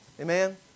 Amen